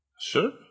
sure